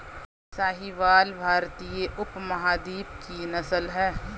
साहीवाल भारतीय उपमहाद्वीप की नस्ल है